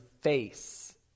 face